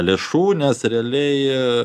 lėšų nes realiai